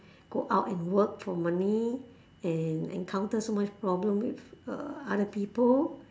go out and work for money and encounter so much problem with uh other people